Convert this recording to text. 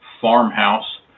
farmhouse